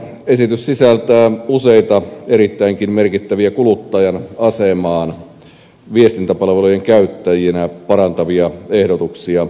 esitys sisältää useita erittäinkin merkittäviä kuluttajan asemaa viestintäpalvelujen käyttäjinä parantavia ehdotuksia